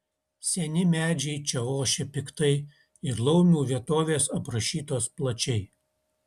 seni medžiai čia ošia piktai ir laumių vietovės aprašytos plačiai